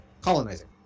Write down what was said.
colonizing